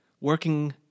working